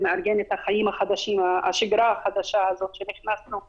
ומארגנת השיגרה החדשה הזאת שנכנסנו אליה,